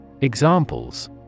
Examples